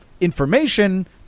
information